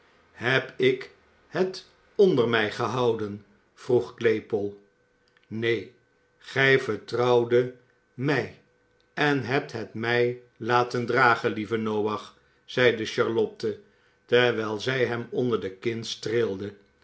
heb ik het onder mij gehouden vroeg claypole neen gij vertrouwdet mij en hebt het mij laten dragen lieve noach zeide charlotte terwijl zij hem onder de kin